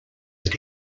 that